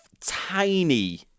tiny